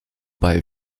bei